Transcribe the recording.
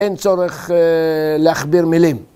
אין צורך להכביר מילים.